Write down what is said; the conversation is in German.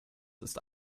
ist